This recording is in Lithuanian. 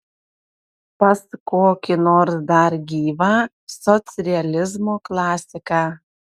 pas kokį nors dar gyvą socrealizmo klasiką